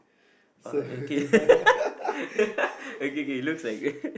so yeah